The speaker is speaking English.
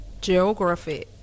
geography